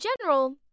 general